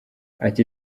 ati